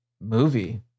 movie